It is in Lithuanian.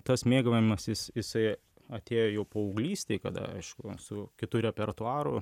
tas mėgavimasis jisai atėjo jau paauglystėj kada aišku su kitu repertuaru